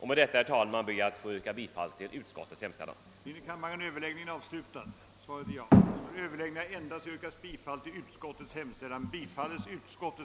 Med detta ber jag, herr talman, att få yrka bifall till utskottets hemställan. där endast den ena av föräldrarna vore svensk medborgare.